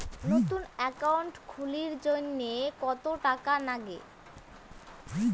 নতুন একাউন্ট খুলির জন্যে কত টাকা নাগে?